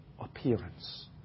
appearance